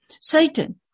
Satan